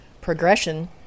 progression